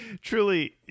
Truly